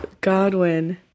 Godwin